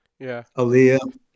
Aaliyah